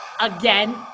again